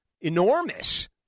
enormous